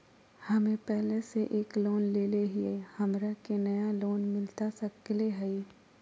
हमे पहले से एक लोन लेले हियई, हमरा के नया लोन मिलता सकले हई?